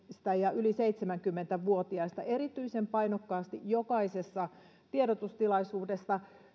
ja yli seitsemänkymmentä vuotiaista erityisen painokkaasti jokaisessa tiedotustilaisuudessa